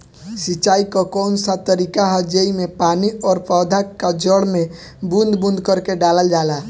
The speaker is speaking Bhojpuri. सिंचाई क कउन सा तरीका ह जेम्मे पानी और पौधा क जड़ में बूंद बूंद करके डालल जाला?